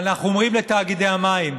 ואנחנו אומרים לתאגידי המים: